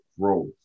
growth